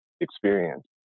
experience